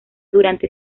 durante